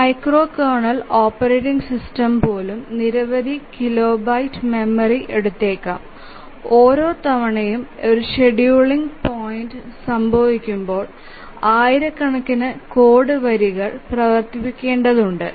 ഒരു micro kernel operating system പോലും നിരവധി കിലോബൈറ്റ് മെമ്മറി എടുത്തേക്കാം ഓരോ തവണയും ഒരു ഷെഡ്യൂളിംഗ് പോയിന്റ് സംഭവിക്കുമ്പോൾ ആയിരക്കണക്കിന് കോഡ് വരികൾ പ്രവർത്തിപ്പിക്കേണ്ടതുണ്ട്